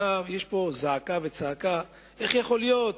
יש פה זעקה וצעקה: איך יכול להיות?